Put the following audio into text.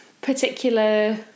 particular